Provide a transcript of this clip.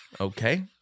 Okay